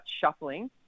shuffling